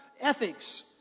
ethics